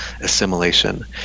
assimilation